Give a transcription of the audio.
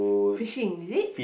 fishing is it